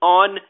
on